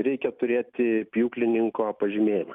reikia turėti pjūklininko pažymėjimą